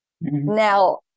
Now